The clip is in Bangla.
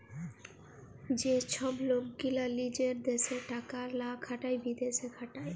যে ছব লক গীলা লিজের দ্যাশে টাকা লা খাটায় বিদ্যাশে খাটায়